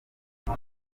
uko